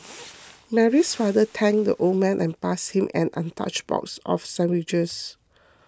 Mary's father thanked the old man and passed him an untouched box of sandwiches